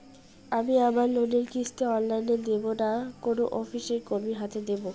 আমি আমার লোনের কিস্তি অনলাইন দেবো না কোনো অফিসের কর্মীর হাতে দেবো?